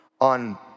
on